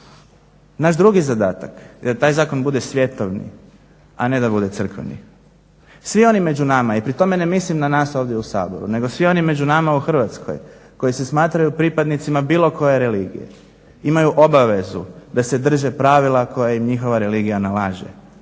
Naš drugi zadatak je da taj zakon bude svjetovni a ne da bude crkveni. Svi oni među nama i pri tome ne mislim na nas ovdje u Saboru nego svi oni među nama u Hrvatskoj koji se smatraju pripadnicima bilo koje religije imaju obavezu da se drže pravila koje im njihova religija nalaže